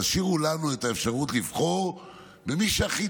תשאירו לנו את האפשרות לבחור במי שהכי